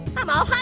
i'm all hopped